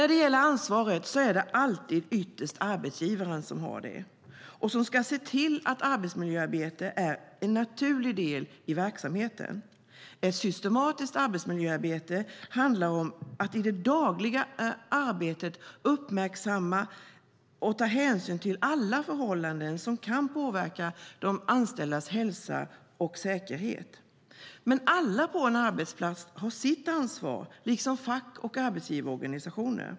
Det är alltid ytterst arbetsgivaren som har ansvaret och som ska se till att arbetsmiljöarbetet är en naturlig del i verksamheten. Ett systematiskt arbetsmiljöarbete handlar om att i det dagliga arbetet uppmärksamma och ta hänsyn till alla förhållanden som kan påverka de anställdas hälsa och säkerhet. Men alla på en arbetsplats har sitt ansvar, liksom fack och arbetsgivarorganisationer.